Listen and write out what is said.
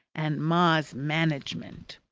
and ma's management!